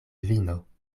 vino